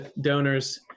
donors